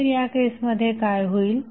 तर त्या केसमध्ये काय होईल